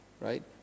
right